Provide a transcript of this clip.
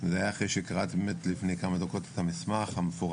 זה היה אחרי שקראתי באמת לפני כמה דקות את המסמך המפורט